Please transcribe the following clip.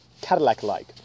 Cadillac-like